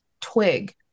twig